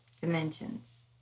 dimensions